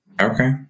Okay